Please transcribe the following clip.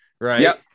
right